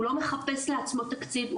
הוא לא מחפש לעצמו תקציב,